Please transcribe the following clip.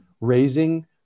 raising